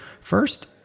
first